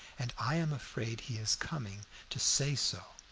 and i am afraid he is coming to say so.